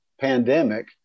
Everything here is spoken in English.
pandemic